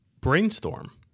brainstorm